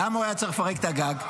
למה הוא היה צריך לפרק את הגג?